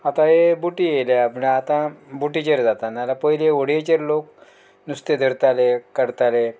आतां हे बोटी येयल्या म्हणल्यार आतां बोटीचेर जाता ना जाल्यार पयली होडयेचेर लोक नुस्तें धरताले करताले